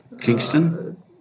Kingston